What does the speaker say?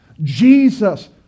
Jesus